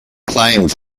claimed